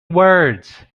words